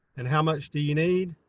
and how much do you need?